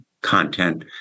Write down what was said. content